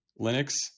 linux